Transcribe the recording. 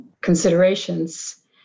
considerations